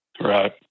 Right